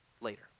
later